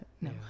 no